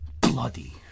bloody